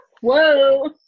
Whoa